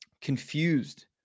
confused